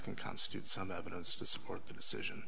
can constitute some evidence to support the decision